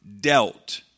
dealt